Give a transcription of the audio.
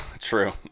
True